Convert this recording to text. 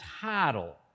title